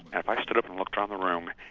and if i stood up and looked around the room,